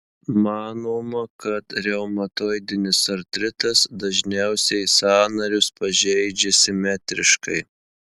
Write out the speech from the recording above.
manoma kad reumatoidinis artritas dažniausiai sąnarius pažeidžia simetriškai